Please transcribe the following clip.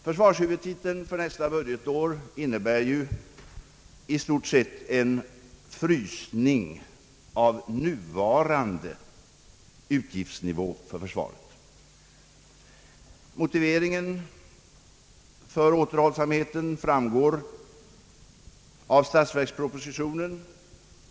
Försvarshuvudtiteln för nästa budgetår innebär ju i stort sett en frysning av nuvarande utgiftsnivå för försvaret. Motiveringen för återhållsamheten framgår av statsverkspropositionen.